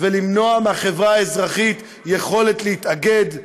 ולמנוע מהחברה האזרחית יכולת להתאגד,